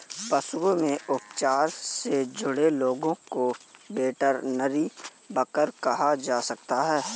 पशुओं के उपचार से जुड़े लोगों को वेटरनरी वर्कर कहा जा सकता है